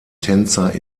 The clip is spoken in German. tänzer